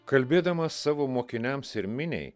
kalbėdamas savo mokiniams ir miniai